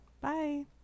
Bye